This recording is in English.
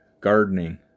gardening